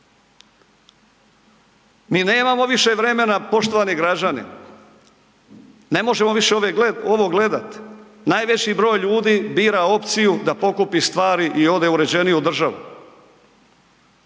Mi nemamo više vremena poštovani građani, ne možemo više ove, ovo gledat. Najveći broj ljudi bira opciju da pokupi stvari i ode u uređeniju državu.